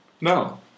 No